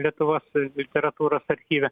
lietuvos literatūros archyve